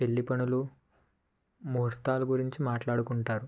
పెళ్లి పనులు ముహూర్తాలు గురించి మాట్లాడుకుంటారు